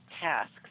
tasks